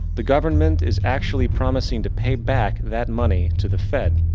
the government is actually promising to pay back that money to the fed.